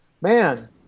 man